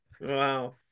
Wow